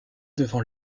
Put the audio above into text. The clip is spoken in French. devant